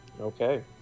okay